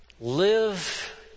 live